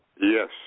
Yes